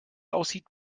aussieht